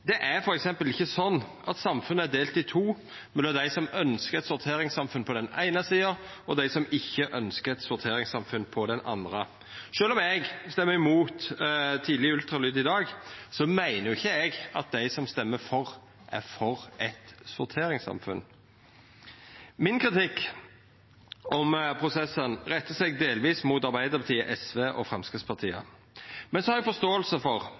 Det er f.eks. ikkje sånn at samfunnet er delt i to, mellom dei som ønskjer eit sorteringssamfunn, på den eine sida, og dei som ikkje ønskjer eit sorteringssamfunn, på den andre. Sjølv om eg røystar imot tidleg ultralyd i dag, meiner eg ikkje at dei som røystar for, er for eit sorteringssamfunn. Kritikken min om prosessen rettar seg delvis mot Arbeidarpartiet, SV og Framstegspartiet. Men eg har forståing for